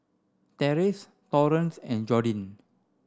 Terese Torrance and Jordin